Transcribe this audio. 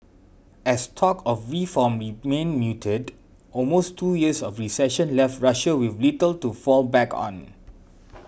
as talk of reform remained muted almost two years of recession left Russia with little to fall back on